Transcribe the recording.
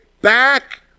back